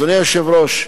אדוני היושב-ראש,